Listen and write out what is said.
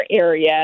area